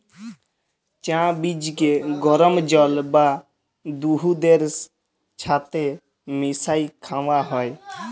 চাঁ বীজকে গরম জল বা দুহুদের ছাথে মিশাঁয় খাউয়া হ্যয়